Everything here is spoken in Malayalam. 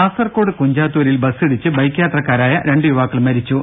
കാസർകോട് കുഞ്ചാത്തൂരിൽ ബസ്സിടിച്ച് ബൈക്ക് യാത്രക്കാരായ രണ്ട് യുവാക്കൾ മരിച്ചു